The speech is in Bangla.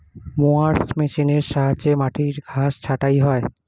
মোয়ার্স মেশিনের সাহায্যে মাটির ঘাস ছাঁটা হয়